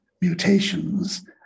mutations